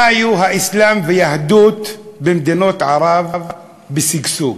חיו האסלאם והיהדות במדינות ערב בשגשוג.